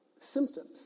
symptoms